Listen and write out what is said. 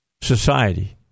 society